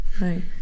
Right